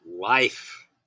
life